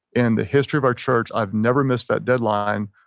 in the history of our church, i've never missed that deadline.